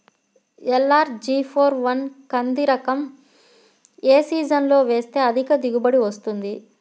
LRG four one కంది రకం ఏ సీజన్లో వేస్తె అధిక దిగుబడి వస్తుంది?